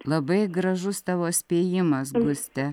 labai gražus tavo spėjimas guste